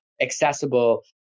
accessible